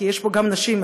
כי יש פה גם נשים.